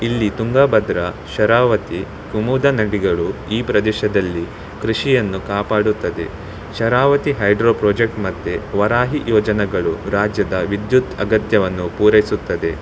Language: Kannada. ಇಲ್ಲಿ ತುಂಗಭದ್ರಾ ಶರಾವತಿ ಕುಮುದಾ ನದಿಗಳು ಈ ಪ್ರದೇಶದಲ್ಲಿ ಕೃಷಿಯನ್ನು ಕಾಪಾಡುತ್ತದೆ ಶರಾವತಿ ಹೈಡ್ರೊ ಪ್ರೊಜೆಕ್ಟ್ ಮತ್ತು ವರಾಹಿ ಯೋಜನೆಗಳು ರಾಜ್ಯದ ವಿದ್ಯುತ್ ಅಗತ್ಯವನ್ನು ಪೂರೈಸುತ್ತದೆ